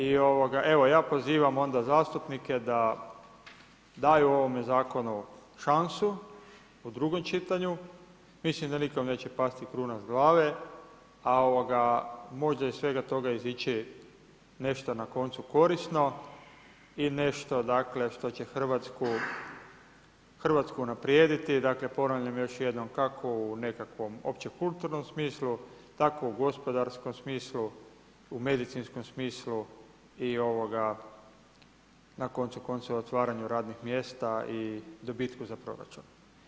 I ja pozivam zastupnike da daju ovome zakonu šansu u drugom čitanju, mislim da nikome neće pasti kruna s glave, a može iz svega toga izići nešto na koncu korisno i nešto što će Hrvatsku unaprijediti, dakle ponavljam još jednom kako u nekakvom opće kulturnom smislu tako u gospodarskom smislu, u medicinskom smislu i na koncu konca otvaranju radnih mjesta i dobitku za proračun.